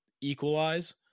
equalize